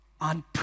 on